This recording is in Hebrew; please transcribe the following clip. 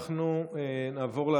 וצר לי להגיד,